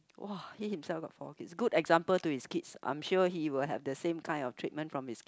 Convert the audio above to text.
!wah! he himself got four good example to his kids I'm sure he will have the same kinds of treatment from his